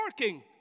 working